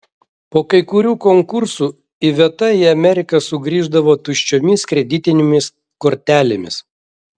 po kai kurių konkursų iveta į ameriką sugrįždavo tuščiomis kreditinėmis kortelėmis